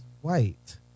White